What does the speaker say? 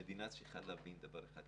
המדינה צריכה להבין דבר אחד,